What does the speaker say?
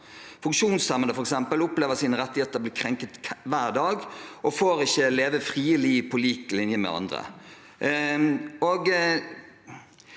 Funksjonshemmede, f.eks., opplever sine rettigheter bli krenket hver dag og får ikke leve frie liv på lik linje med andre.